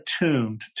attuned